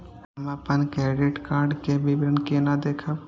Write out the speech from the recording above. हम अपन credit card के विवरण केना देखब?